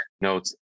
notes